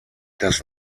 das